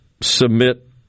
submit